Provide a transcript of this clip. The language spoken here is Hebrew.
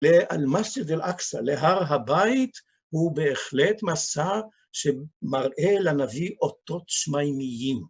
לאלמאסד אל אקסה, להר הבית, הוא בהחלט מסע שמראה לנביא אותות שמיימיים.